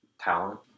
talent